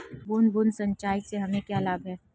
बूंद बूंद सिंचाई से हमें क्या लाभ है?